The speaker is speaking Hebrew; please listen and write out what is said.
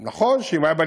אלא כי הוא אדם מאוד רציני,